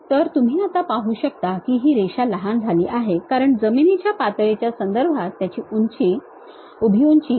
तर तुम्ही आता पाहू शकता की रेषा लहान झाली आहे कारण जमिनीच्या पातळीच्या संदर्भात त्याची उभी उंची ही 50 मिलीमीटर एवढी आहे